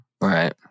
Right